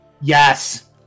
yes